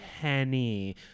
Henny